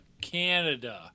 Canada